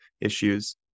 issues